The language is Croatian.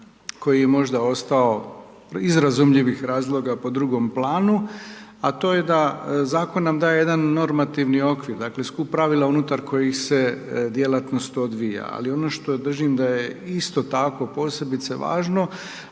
koji je možda ostao iz razumljivim razloga po drugom planu, a to je da zakon nam daje jedan normativni okvir. Dakle, skup pravila unutar kojih se djelatnost odvija, ali ono što držim da je isto tako posebice važno